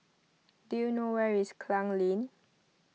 do you know where is Klang Lane